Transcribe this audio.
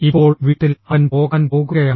ഇപ്പോൾ വീട്ടിൽ അവൻ പോകാൻ പോകുകയാണ്